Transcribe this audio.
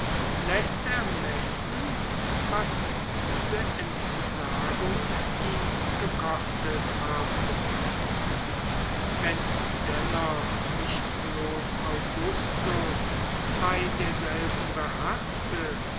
läßt ermessen was diese entsagung ihn gekostet haben muß wenn dennoch nicht bloß augustus bei derselben beharrte